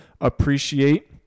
appreciate